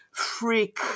freak